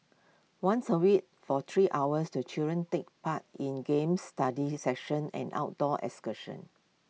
once A week for three hours the children take part in games study sessions and outdoor excursions